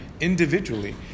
individually